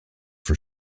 for